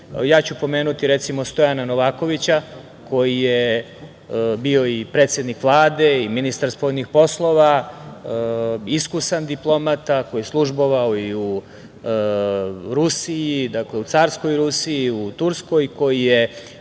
interesa. Pomenuću recimo Stojana Novakovića koji je bio i predsednik Vlade i ministar spoljnih poslova, iskusan diplomata koji je službovao i u Rusiji, Carskoj Rusiji, u Turskoj, koji je